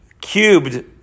cubed